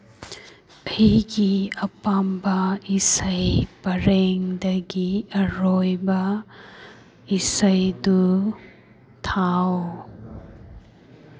ꯑꯩꯒꯤ ꯑꯄꯥꯝꯕ ꯏꯁꯩ ꯄꯔꯦꯡꯗꯒꯤ ꯑꯔꯣꯏꯕ ꯏꯁꯩꯗꯨ ꯊꯥꯎ